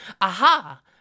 aha